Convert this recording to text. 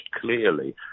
clearly